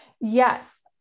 Yes